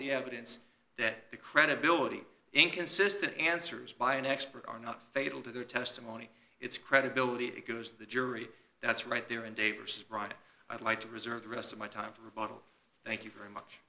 the evidence that the credibility inconsistent answers by an expert are not fatal to their testimony it's credibility because the jury that's right there in dave's right i'd like to reserve the rest of my time for rebuttal thank you very much